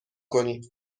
کنی